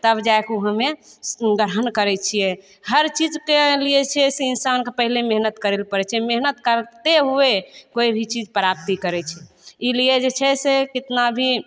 तब जाइके हम्मे ग्रहण करय छियै हर चीजके लिए छै से इंसानके पहिले मेहनत करय लए पड़य छै मेहनत करते हुए कोइ भी चीज प्राप्ति करय छै ई लिए जे छै से कितना भी